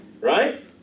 right